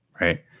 right